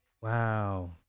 wow